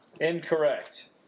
Incorrect